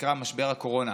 שנקרא משבר הקורונה,